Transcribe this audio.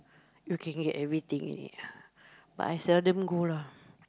you can get everything already but I seldom go lah